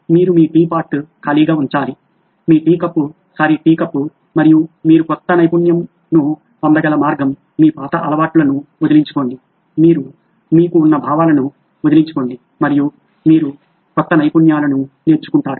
మీరు మీ tea pot ఖాళీగా ఉంచాలి మీ tea cup sorry tea cup మరియు మీరు కొత్త నైపుణ్యంను పొందగల మార్గం మీ పాత అలవాట్లను వదిలించుకోండి మీరు మీకు ఉన్న భావాలను వదిలించుకోండి మరియు మీరు కొత్త నైపుణ్యాలను నేర్చుకుంటారు